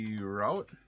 route